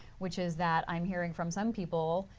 which is that i'm hearing from some people,